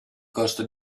costo